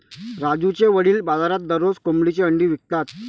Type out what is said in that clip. राजूचे वडील बाजारात दररोज कोंबडीची अंडी विकतात